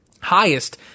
highest